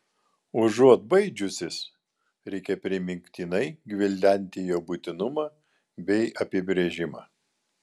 užuot baidžiusis reikia primygtinai gvildenti jo būtinumą bei apibrėžimą